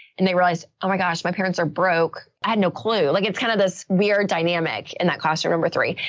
and they realized, oh my gosh, my parents are broke. i had no clue. like it's kind of this weird dynamic in that classroom number three.